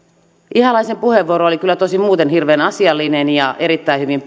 ihalaisen puheenvuoro oli kyllä tosin muuten hirveän asiallinen ja erittäin hyvin